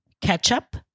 Ketchup